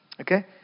Okay